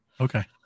Okay